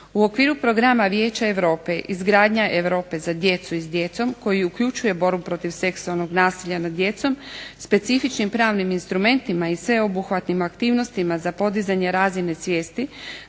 U okviru programa Vijeća Europe "Izgradnja Europe za djecu i s djecom" koji uključuje borbu protiv seksualnog nasilja nad djecom specifičnim pravnim instrumentima i sveobuhvatnim aktivnostima za podizanje razine svijesti